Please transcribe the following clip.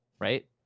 right